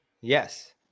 yes